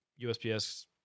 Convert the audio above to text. USPS